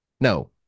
No